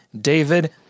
David